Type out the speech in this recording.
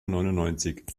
neunundneunzig